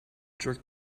jerked